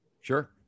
Sure